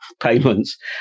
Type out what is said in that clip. payments